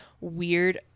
weird